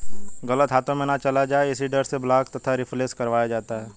गलत हाथों में ना चला जाए इसी डर से ब्लॉक तथा रिप्लेस करवाया जाता है